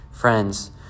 Friends